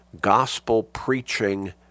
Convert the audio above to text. gospel-preaching